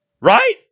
Right